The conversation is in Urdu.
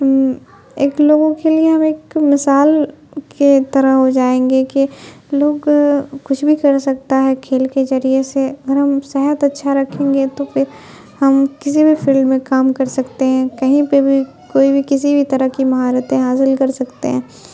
ایک لوگوں کے لیے ہم ایک مثال کے طرح ہو جائیں گے کہ لوگ کچھ بھی کر سکتا ہے کھیل کے جریعے سے اگر ہم صحت اچھا رکھیں گے تو فر ہم کسی بھی فیلڈ میں کام کر سکتے ہیں کہیں پہ بھی کوئی بھی کسی بھی طرح کی مہارتیں حاصل کر سکتے ہیں